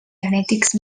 genètics